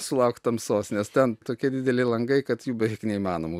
sulaukt tamsos nes ten tokie dideli langai kad jų beveik neįmanoma